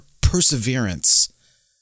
perseverance